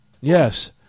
Yes